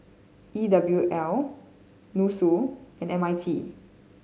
E W L NUSSU and M I T